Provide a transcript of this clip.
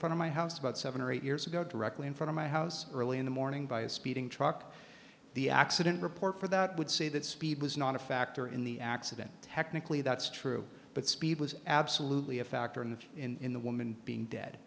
front of my house about seven or eight years ago directly in front of my house early in the morning by a speeding truck the accident report for that would say that speed was not a factor in the accident technically that's true but speed was absolutely a factor in the in the woman being dead